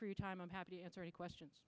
for your time i'm happy to answer any questions